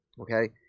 okay